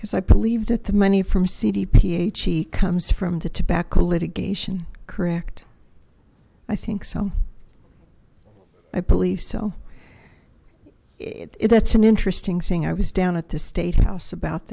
because i believe that the money from cd phe comes from the tobacco litigation correct i think so i believe so that's an interesting thing i was down at the statehouse about